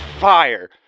fire